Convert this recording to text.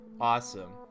Awesome